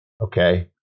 okay